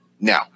Now